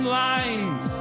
lines